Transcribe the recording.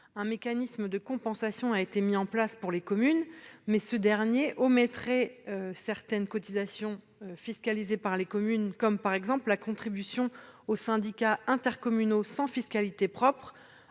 Un mécanisme de compensation a été mis en place pour les communes, mais ce dernier omettrait certaines cotisations fiscalisées par les communes, comme la contribution aux syndicats intercommunaux sans fiscalité propre,